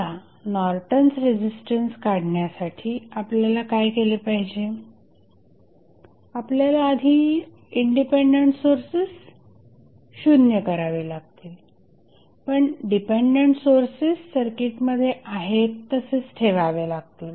आता Norton's resistance काढण्यासाठी आपल्याला काय केले पाहिजे आपल्याला आधी इंडिपेंडेंट सोर्सेस 0 करावे लागतील पण डिपेंडंट सोर्सेस सर्किटमध्ये आहेत तसेच ठेवावे लागतील